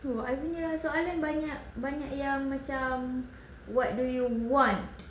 !wah! I punya soalan banyak banyak yang macam what do you want